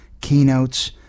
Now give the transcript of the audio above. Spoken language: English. keynotes